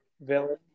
villain